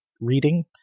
reading